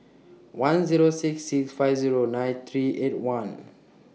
one Zero six six five Zero nine three eight one